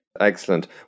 Excellent